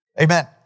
Amen